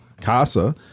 Casa